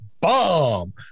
bomb